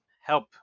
help